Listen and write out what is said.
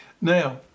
Now